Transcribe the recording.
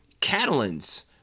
Catalans